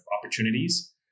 opportunities